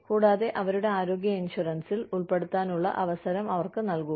കൂടാതെ അവരുടെ ആരോഗ്യ ഇൻഷുറൻസിൽ ഉൾപ്പെടുത്താനുള്ള അവസരം അവർക്ക് നൽകുക